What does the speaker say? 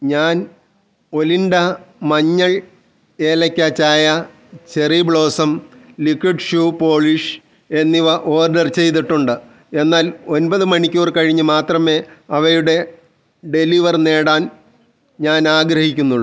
ഞാൻ ഒലിൻഡ മഞ്ഞൾ ഏലക്ക ചായ cherry blossom liquid shoe polish എന്നിവ ഓർഡർ ചെയ്തിട്ടുണ്ട് എന്നാൽ ഒൻപത് മണിക്കൂർ കഴിഞ്ഞ് മാത്രമേ അവയുടെ ഡെലിവർ നേടാൻ ഞാൻ ആഗ്രഹിക്കുന്നുള്ളൂ